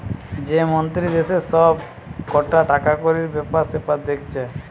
যে মন্ত্রী দেশের সব কটা টাকাকড়ির বেপার সেপার দেখছে